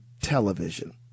television